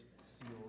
sealed